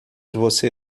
você